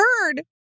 heard